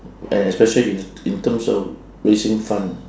and especially in in terms of raising fund